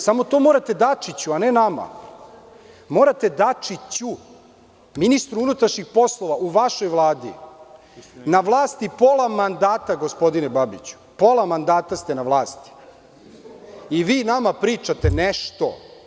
Samo to morate Dačiću, ne nama, ministru unutrašnjih poslova u vašoj vladi, na vlasti pola mandata, gospodine Babiću, pola mandata ste na vlasti i vi nama pričate nešto.